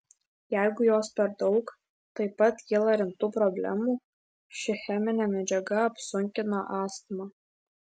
jeigu jos per daug taip pat kyla rimtų problemų ši cheminė medžiaga apsunkina astmą